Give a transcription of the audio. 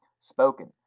spoken